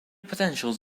potentials